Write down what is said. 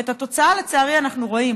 ואת התוצאה, לצערי, אנחנו רואים.